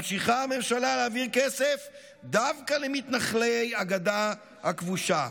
ממשיכה הממשלה להעביר כסף דווקא למתנחלי הגדה הכבושה.